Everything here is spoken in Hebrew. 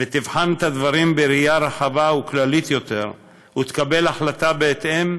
תבחן את הדברים בראייה רחבה וכללית יותר ותקבל החלטה בהתאם,